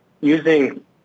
using